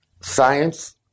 science